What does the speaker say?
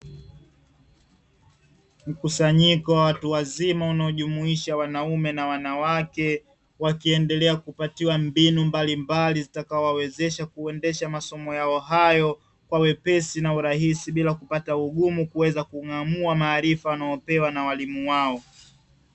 Mkusanyiko wa watu wazima unayo husisha wanaume kwa wanawake wakipatiwa mbinu muhimu watakazoweza kutumia kwenye masomo yao bila ugumu wowote